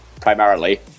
primarily